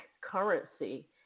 currency